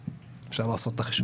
אפשר לעשות את החישוב.